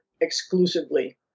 exclusively